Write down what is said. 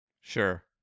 Sure